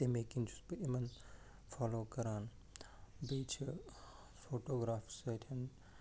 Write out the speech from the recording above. تٔمی کِنۍ چھُس بہٕ یِمَن فالو کران بیٚیہِ چھِ فوٹوٗگراف سۭتۍ